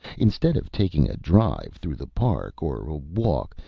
instead of taking a drive through the park, or a walk,